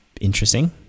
interesting